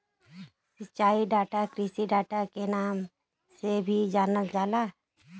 सिंचाई डाटा कृषि डाटा के नाम से भी जानल जाला